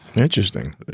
Interesting